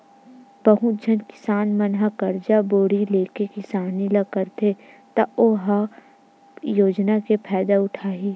बहुत झन किसान मन ह करजा बोड़ी लेके किसानी ल करथे त ओ ह का योजना के फायदा उठाही